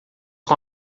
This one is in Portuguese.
com